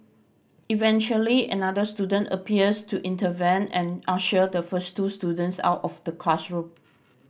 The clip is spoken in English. eventually another student appears to intervene and usher the first two students out of the classroom